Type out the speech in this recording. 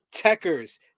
techers